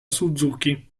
suzuki